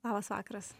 labas vakaras